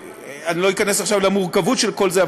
אני לא איכנס עכשיו למורכבות של כל זה,